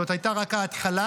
זאת הייתה רק ההתחלה,